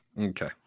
Okay